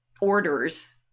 orders